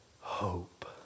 hope